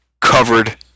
covered